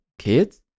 kids